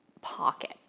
pocket